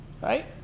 right